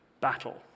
battle